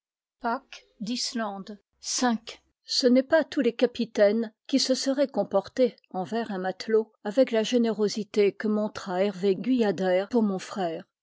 ce n'est pas tous les capitaines qui se seraient comportés envers un matelot avec la générosité que montra hervé guyader pour mon frère